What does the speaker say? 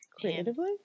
creatively